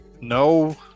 no